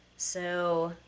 so,